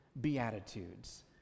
Beatitudes